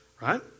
right